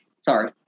Sorry